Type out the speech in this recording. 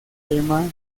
tema